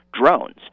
drones